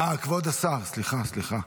אה, כבוד השר, סליחה, סליחה.